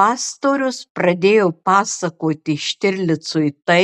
pastorius pradėjo pasakoti štirlicui tai